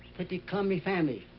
pretty crummy family.